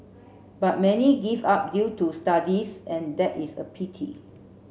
but many give up due to studies and that is a pity